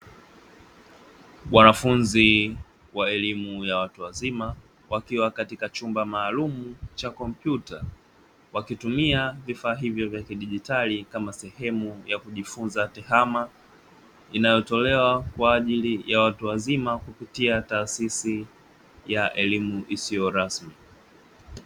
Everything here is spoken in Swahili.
Wanafunzi wa elimu ya watu wazima wakiwa katika chumba maalum cha kompyuta, wakitumia vifaa hivyo vya kidigitali kama sehemu ya kujifunza tehema inayotolewa kwa ajili ya watu wazima kupitia taasisi ya elimu isiyo rasmi.